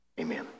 amen